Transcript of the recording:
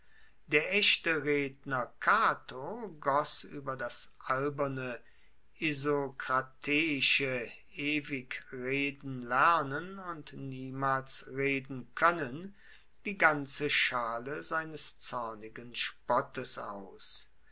der echte redner cato goss ueber das alberne isokrateische ewig reden lernen und niemals reden koennen die ganze schale seines zornigen spottes aus